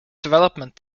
development